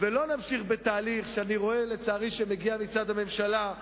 ולא נמשיך בתהליך שמגיע מצד הממשלה,